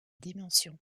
dimension